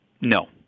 No